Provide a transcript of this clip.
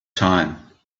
time